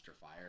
fire